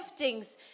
giftings